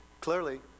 Clearly